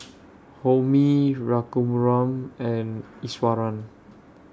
Homi Raghuram and Iswaran